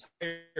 entire